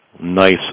Nice